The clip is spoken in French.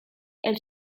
elle